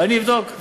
ואני אבדוק.